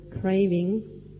craving